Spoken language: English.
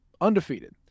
Undefeated